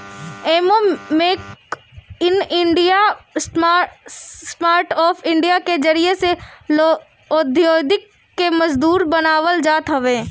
एमे make in India, startup India के जरिया से औद्योगिकी के मजबूत बनावल जात हवे